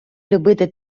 любити